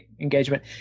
engagement